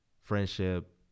friendship